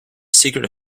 secret